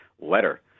letter